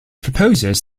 proposes